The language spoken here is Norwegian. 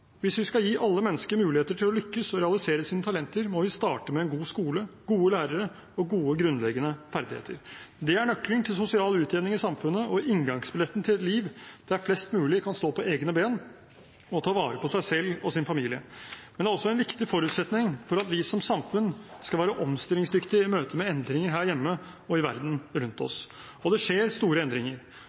Hvis vi skal gi alle mennesker muligheter til å lykkes og realisere sine talenter, må vi starte med en god skole, gode lærere og gode grunnleggende ferdigheter. Det er nøkkelen til sosial utjevning i samfunnet og inngangsbilletten til et liv der flest mulig kan stå på egne ben og ta vare på seg selv og sin familie. Men det er også en viktig forutsetning for at vi som samfunn skal være omstillingsdyktig i møte med endringer her hjemme og i verden rundt oss, og det skjer store endringer.